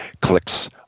clicks